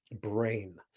brain